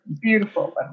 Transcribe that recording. beautiful